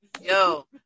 yo